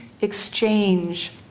exchange